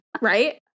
Right